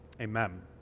amen